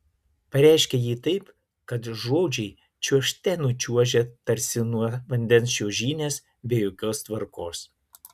pareiškia ji taip kad žodžiai čiuožte nučiuožia tarsi nuo vandens čiuožynės be jokios tvarkos